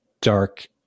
dark